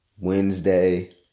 Wednesday